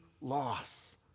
loss